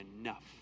enough